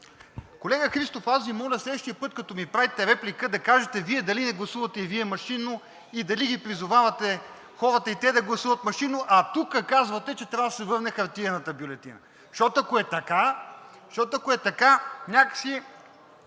Колега Христов, аз Ви моля следващия път, като ми правите реплика, да кажете Вие дали не гласувате и Вие машинно и дали ги призовавате хората и те да гласуват машинно, а тук казвате, че трябва да се върне хартиената бюлетина, защото, ако е така, някак си